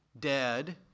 dead